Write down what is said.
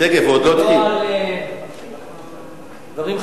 לא על דברים חשובים.